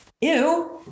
ew